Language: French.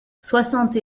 soixante